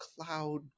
cloud